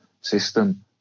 system